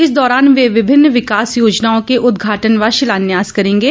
इस दौरान वे विभिन्न विकास योजनाओं र्क उदघाटन व शिलान्यास करेंगे